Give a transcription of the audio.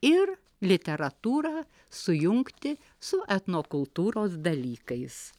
ir literatūrą sujungti su etnokultūros dalykais